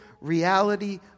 reality